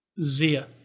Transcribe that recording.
Zia